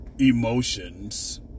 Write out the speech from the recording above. Emotions